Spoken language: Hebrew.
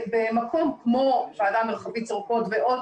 במקום כמו ועדה מרחבית שורקות ועוד